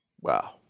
Wow